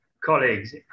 colleagues